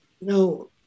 No